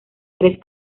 tres